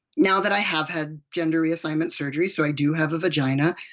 now that i have had gender reassignment surgery so i do have a vagina,